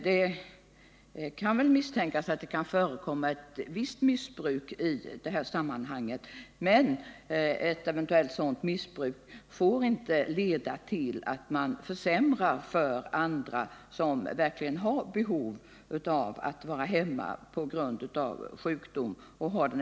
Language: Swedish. Det kan misstänkas att ett visst missbruk förekommer, men det får inte leda till att man försämrar för andra som verkligen behöver vara hemma på grund av sjukdom.